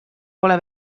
pole